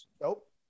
Nope